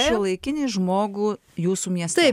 šiuolaikinį žmogų jūsų mieste